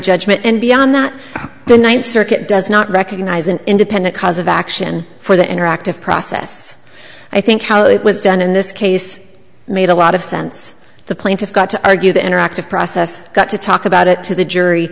judgment and beyond that the ninth circuit does not recognize an independent cause of action for the interactive process i think how it was done in this case made a lot of sense the plaintiffs got to argue the interactive process got to talk about it to the jury